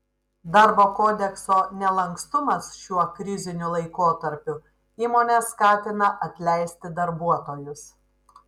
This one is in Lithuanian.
darbo kodekso nelankstumas šiuo kriziniu laikotarpiu įmones skatina atleisti darbuotojus